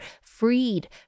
freed